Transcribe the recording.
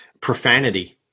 Profanity